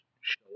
show